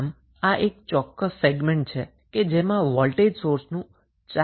આમ આ ચોક્કસ સેગમેન્ટ 4 ઓહ્મ રેઝિસ્ટન્સ સાથે સીરીઝમા વોલ્ટેજ સોર્સમા બદલાય જાય છે